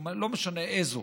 לא משנה איזו.